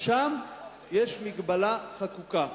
שם יש מגבלה חקוקה.